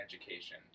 education